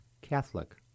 Catholic